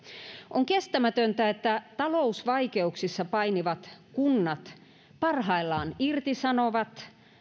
on kestämätöntä että talousvaikeuksissa painivat kunnat parhaillaan irtisanovat